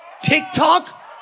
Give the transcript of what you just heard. TikTok